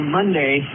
Monday